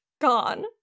gone